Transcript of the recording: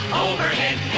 overhead